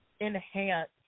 enhance